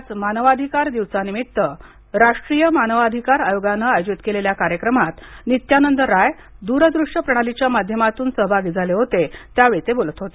आज मानवाधिकार दिवसानिमित्त राष्ट्रीय मानवाधिकार आयोगाने आयोजित केलेल्या कार्यक्रमात नित्यानंद राय दुरदृष्य प्रणालीच्या माध्यमातून सहभागी झाले होते त्यावेळी ते बोलत होते